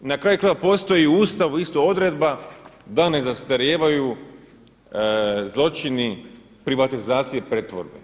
I na kraju krajeva postoji u Ustavu isto odredba da ne zastarijevaju zločini privatizacije i pretvorbe.